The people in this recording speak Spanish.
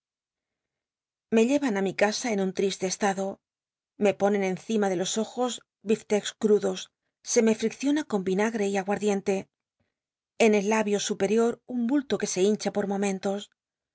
me lle an i mi casa en nn ltiste estado me ponen encima de los ojos biflecks crudos se me f icciona con vinage y aguarcliente en el labio supcrier un bulto qu e se hincha por momentos